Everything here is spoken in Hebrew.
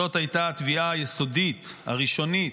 זאת הייתה התביעה היסודית, הראשונית,